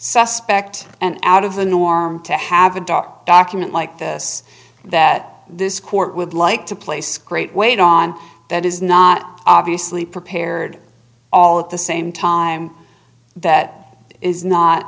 suspect and out of the norm to have a dock document like this that this court would like to place great weight on that is not obviously prepared all at the same time that is not